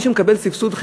מי שמקבל סבסוד,